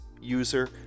user